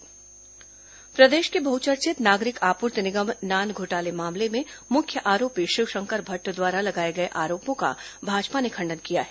नान घोटाला प्रदेश के बहचर्चित नागरिक आपूर्ति निगम नान घोटाले मामले में मुख्य आरोपी शिवशंकर भट्ट द्वारा लगाए गए आरोपों का भाजपा ने खंडन किया है